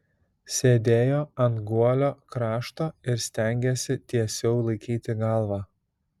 sėdėjo ant guolio krašto ir stengėsi tiesiau laikyti galvą